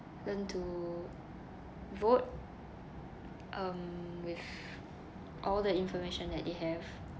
learn to vote um with all the information that they have